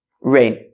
rain